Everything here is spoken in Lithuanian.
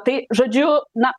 tai žodžiu na